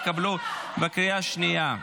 התקבלו בקריאה השנייה.